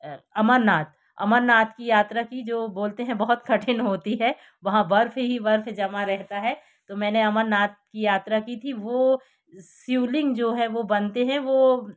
अमरनाथ अमरनाथ की यात्रा की जो बोलते हैं बहुत कठिन होती है वहाँ बर्फ ही बर्फ जमा रहता है तो मैंने अमरनाथ की यात्रा थी वो शिवलिंग जो वो हैं वो